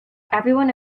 everyone